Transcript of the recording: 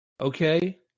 Okay